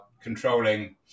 controlling